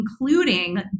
including